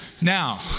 Now